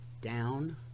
down